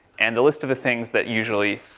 and the list of the things that usually.